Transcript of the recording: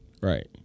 Right